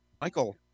Michael